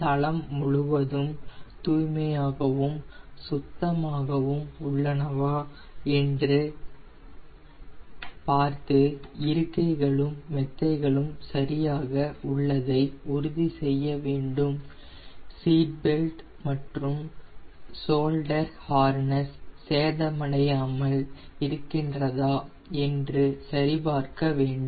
தளம் முழுவதும் தூய்மையாகவும் சுத்தமாகவும் உள்ளனவா என்று பார்த்து இருக்கைகளும் மெத்தைகளும் சரியாக உள்ளதை உறுதி செய்ய வேண்டும் சீட்பெல்ட் மற்றும் சோல்டர்ஹார்னஸ் சேதமடையாமல் இருக்கின்றதா என்று சரிபார்க்க வேண்டும்